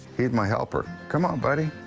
it might help her come on buddy.